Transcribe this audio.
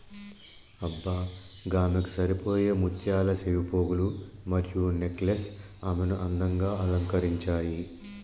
అబ్బ గామెకు సరిపోయే ముత్యాల సెవిపోగులు మరియు నెక్లెస్ ఆమెను అందంగా అలంకరించాయి